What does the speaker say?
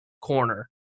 corner